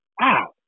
wow